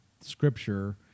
Scripture